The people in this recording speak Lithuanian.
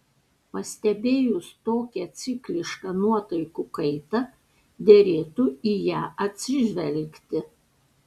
pastebėjus tokią ciklišką nuotaikų kaitą derėtų į ją atsižvelgti